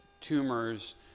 tumors